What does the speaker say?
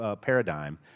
paradigm